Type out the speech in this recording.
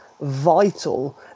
vital